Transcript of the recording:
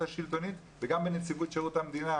השלטונית וגם בנציבות שירות המדינה.